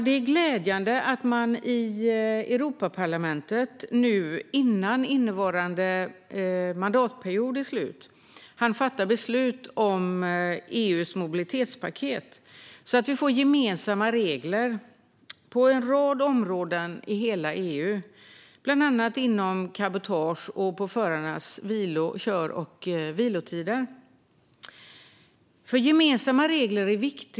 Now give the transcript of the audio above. Det är glädjande att man i Europaparlamentet nu, innan innevarande mandatperiod är slut, hann fatta beslut om EU:s mobilitetspaket så att vi får gemensamma regler på en rad områden i hela EU, bland annat om cabotage och förarnas kör och vilotider. Det är viktigt med gemensamma regler.